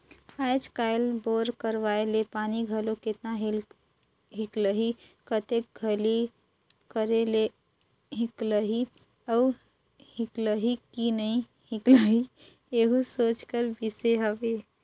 आएज काएल बोर करवाए ले पानी घलो केतना हिकलही, कतेक गहिल करे ले हिकलही अउ हिकलही कि नी हिकलही एहू सोचे कर बिसे हवे